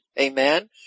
Amen